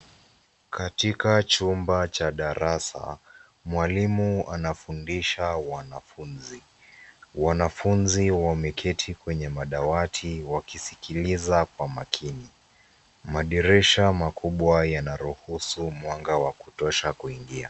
Katika chumba cha darasa mwalimu anafundisha wanafunzi wanafunzi wameketi kwenye madawati wakisikiliza kwa makini madirisha makubwa yanaruhusu mwanga wa kutosha kuingia.